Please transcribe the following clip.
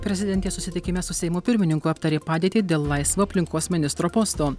prezidentė susitikime su seimo pirmininku aptarė padėtį dėl laisvo aplinkos ministro posto